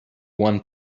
want